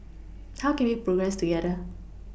how can we progress together